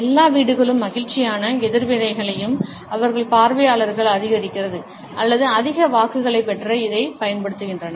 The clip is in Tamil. எல்லா வீடுகளும் மகிழ்ச்சியான எதிர்வினைகளையும் அவர்களின் பார்வையாளர்களையும் அதிகரிக்க அல்லது அதிக வாக்குகளைப் பெற இதைப் பயன்படுத்துகின்றன